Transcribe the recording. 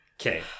Okay